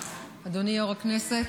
--- בבקשה,